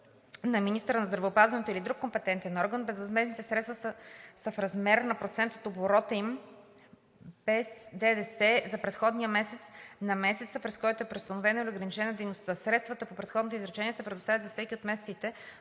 на министъра на здравеопазването или друг компетентен орган, безвъзмездните средства са в размер на процент от оборота им без ДДС за предходния месец на месеца, през който е преустановена или ограничена дейността. Средствата по предходното изречение се предоставят за всеки от месеците